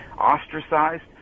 ostracized